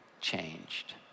changed